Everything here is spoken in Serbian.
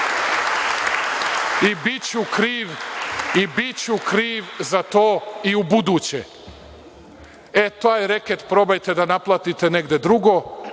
i biću kriv za to i u buduće. Taj reket probajte da naplatite negde drugde,